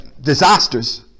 disasters